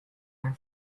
are